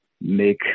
make